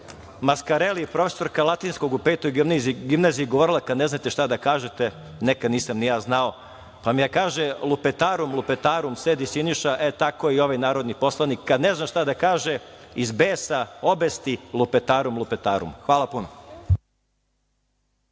Maskareli, profesorka latinskog u Petoj gimnaziji, govorila - kada ne znate šta da kažete, nekada nisam ni ja znao, pa kaže: „Lupetarum, lupetarum. Sedi, Siniša“, tako i ovaj narodni poslanik kada ne zna šta da kaže iz besa, obesti – lupetarum, lupetarum. Hvala puno.